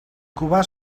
cubà